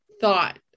thought